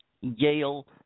Yale